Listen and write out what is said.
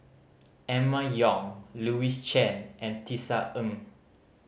Emma Yong Louis Chen and Tisa Ng